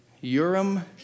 Urim